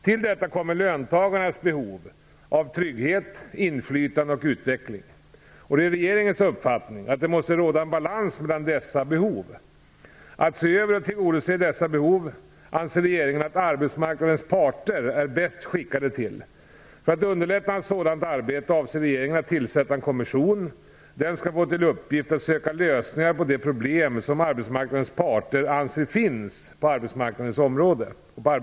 Till detta kommer löntagarnas behov av trygghet, inflytande och utveckling. Det är regeringens uppfattning att det måste råda en balans mellan dessa behov. Att se över och tillgodose dessa behov anser regeringen att arbetsmarknadens parter är bäst skickade till. För att underlätta ett sådant arbete avser regeringen att tillsätta en kommission. Den skall få till uppgift att söka lösningar på de problem som arbetsmarknadens parter anser finns på arbetsrättens område.